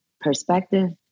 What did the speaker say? perspective